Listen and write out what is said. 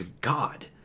God